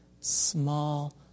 small